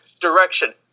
direction